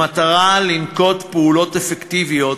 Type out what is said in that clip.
במטרה לנקוט פעולות אפקטיביות